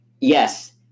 yes